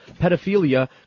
Pedophilia